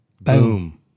Boom